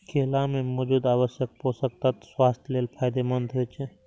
केला मे मौजूद आवश्यक पोषक तत्व स्वास्थ्य लेल फायदेमंद होइ छै